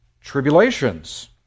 tribulations